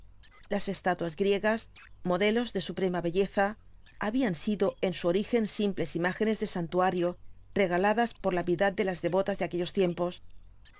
las estatuas griegas modelos de suprema belleza habían sido en su origen simples imágenes de santuario regaladas por la piedad de las devotas de aquellos tiempos